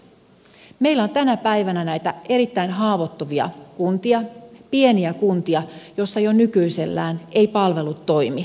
meillä on tänä päivänä näitä erittäin haavoittuvia kuntia pieniä kuntia joissa jo nykyisellään eivät palvelut toimi